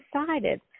decided